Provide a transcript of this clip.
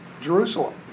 Jerusalem